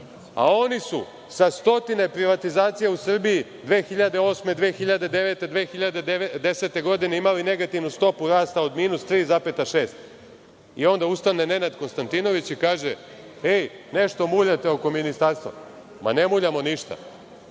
a oni su sa stotine privatizacija u Srbiji 2008, 2009, 2010. godine imali negativnu stopu rasta od minus 3,6. Onda ustane Nenad Konstantinović i kaže – ej, nešto muljate oko ministarstava. Ma, ne muljamo ništa.